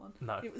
No